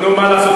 נו, מה לעשות.